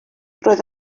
roedd